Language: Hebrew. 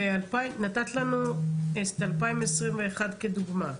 נתת לנו את 2021 כדוגמה.